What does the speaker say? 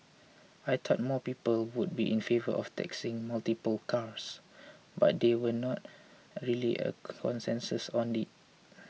I thought more people would be in favour of taxing multiple cars but there were not really a consensus on it